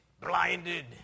blinded